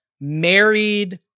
married